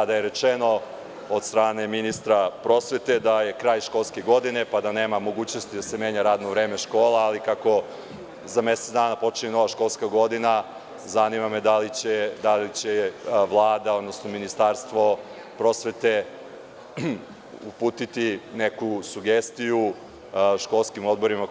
Tada je rečeno od strane ministra prosvete da je kraj školske godine, pa da nema mogućnosti da se menja radno vreme škola, ali kako za mesec dana počinje školska godina, zanima me da li će Vlada, odnosno Ministarstvo prosvete uputiti neku sugestiju školskim odborima,